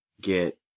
get